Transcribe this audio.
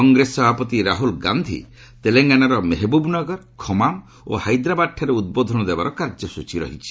କଟ୍ରେସ ସଭାପତି ରାହୁଳ ଗାନ୍ଧି ତେଲଙ୍ଗାନାର ମେହେବୁବ୍ ନଗର ଖମାମ୍ ଓ ହାଇଦ୍ରାବାଦ୍ଠାରେ ଉଦ୍ବୋଧନ ଦେବାର କାର୍ଯ୍ୟସ୍ଟଚୀ ରହିଛି